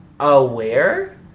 aware